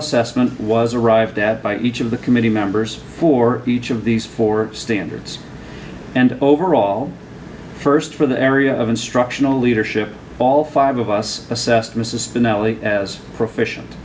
assessment was arrived at by each of the committee members for each of these four standards and overall first for the area of instructional leadership all five of us assessed mrs finale as proficien